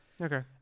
Okay